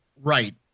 Right